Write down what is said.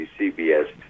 CBS